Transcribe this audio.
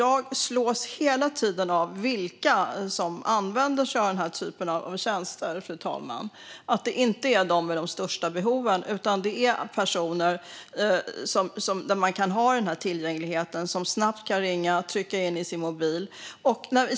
Jag slås hela tiden av vilka som använder sig av denna typ av tjänster, fru talman. Det är inte de som har de största behoven, utan det är personer som har tillgängligheten och snabbt kan trycka på sin mobil och ringa.